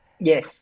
Yes